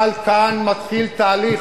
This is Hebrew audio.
אבל כאן מתחיל תהליך.